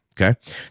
okay